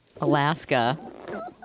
Alaska